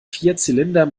vierzylinder